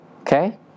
okay